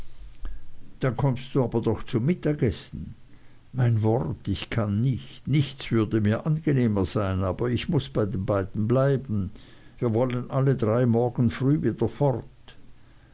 dann kommst du aber doch zum mittagessen mein wort ich kann nicht nichts würde mir angenehmer sein aber ich muß bei den beiden bleiben wir wollen alle drei morgen früh wieder fort